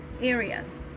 areas